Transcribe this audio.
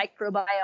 microbiome